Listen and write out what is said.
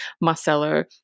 Marcelo